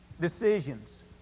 Decisions